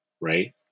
right